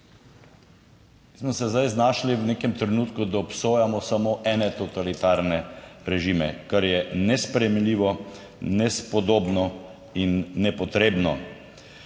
smo se zdaj znašli v nekem trenutku, da obsojamo samo ene totalitarne režime, kar je nesprejemljivo, nespodobno in nepotrebno,